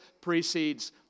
precedes